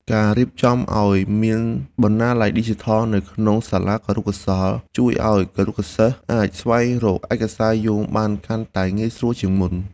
ការរៀបចំឱ្យមានបណ្ណាល័យឌីជីថលនៅក្នុងសាលាគរុកោសល្យជួយឱ្យគរុសិស្សអាចស្វែងរកឯកសារយោងបានកាន់ តែងាយស្រួលជាងមុន។